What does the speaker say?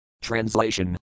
Translation